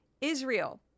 Israel